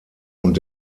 und